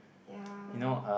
ya